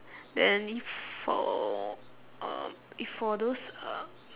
then if for um if for those uh